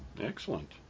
Excellent